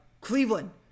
Cleveland